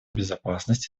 безопасности